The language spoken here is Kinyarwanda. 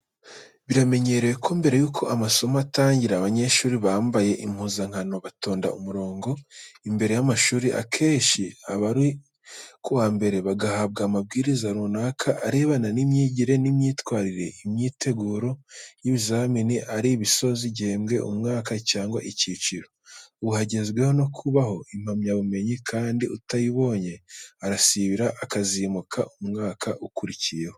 Biramenyerewe ko mbere y'uko amasomo atangira, abanyeshuri bambaye impuzankano batonda umurongo imbere y'amashuri, akenshi aba ari ku wa mbere, bagahabwa amabwiriza runaka arebana n'imyigire n'imyitwarire, imyiteguro y'ibizamini, ari ibisoza igihembwe, umwaka cyangwa icyiciro. Ubu hagezweho no kubaha impamyabumenyi kandi utayibonye arasibira, akazimuka umwaka ukurikiyeho.